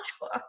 book